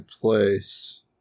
place